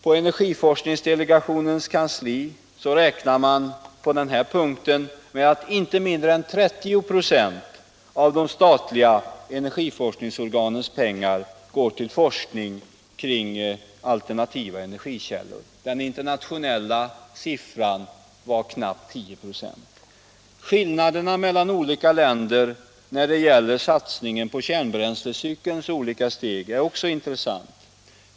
På energiforskningsdelegationens kansli räknar man med att inte mindre än 30 96 av de statliga energiforskningsorganens pengar går till forskning kring alternativa energikällor. Den internationella siffran är knappt 10 96. Skillnaden mellan olika länder när det gäller satsning på kärnbränslecykelns olika steg är också intressant.